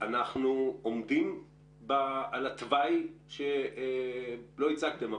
אנחנו עומדים על התוואי שלא הצגתם,